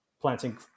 planting